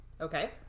Okay